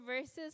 verses